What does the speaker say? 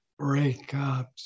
breakups